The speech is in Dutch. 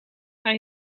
hij